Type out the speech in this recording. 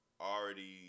already